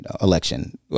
election